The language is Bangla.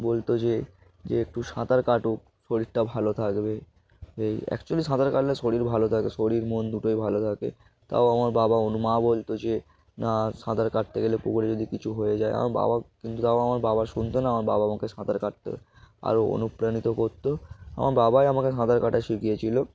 বলতো যে একটু সাঁতার কাটুক শরীরটা ভালো থাকবে এই অ্যাকচুয়ালি সাঁতার কাটলে শরীর ভালো থাকে শরীর মন দুটোই ভালো থাকে তাও আমার বাবা অনু মা বলতো যে না সাঁতার কাটতে গেলে পুকুরে যদি কিছু হয়ে যায় আমার বাবা কিন্তু তাও আমার বাবা শুনতো না আমার বাবা আমাকে সাঁতার কাটতে আরও অনুপ্রাণিত করতো আমার বাবাই আমাকে সাঁতার কাটা শিখিয়েছিল